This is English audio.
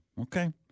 Okay